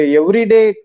everyday